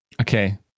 okay